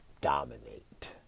dominate